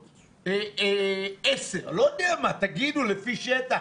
פעוטות, עשרה, לא יודע מה, תגידו, לפי שטח.